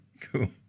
cool